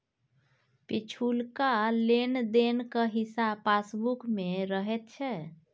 पिछुलका लेन देनक हिसाब पासबुक मे रहैत छै